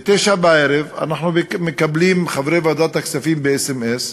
ב-21:00, אנחנו מקבלים, חברי ועדת הכספים, בסמ"ס,